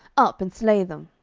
up, and slay them.